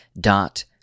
dot